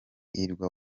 hirwa